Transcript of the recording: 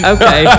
Okay